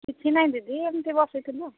କିଛି ନାଇଁ ଦିଦି ଏମିତି ବସିଥିଲୁ ଆଉ